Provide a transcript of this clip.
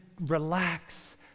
relax